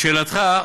לשאלתך,